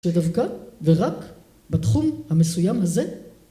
‫שדווקא ורק בתחום המסוים הזה...